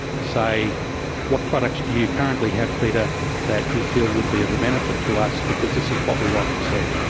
to say what products do you currently have, peter, that you feel would be of benefit to us, because this is what we like to see.